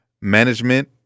management